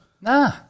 Nah